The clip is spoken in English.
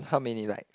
how many like